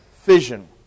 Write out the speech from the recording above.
fission